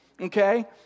okay